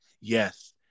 yes